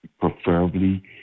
Preferably